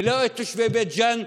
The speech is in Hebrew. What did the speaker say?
ולא את תושבי בית ג'ן,